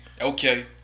Okay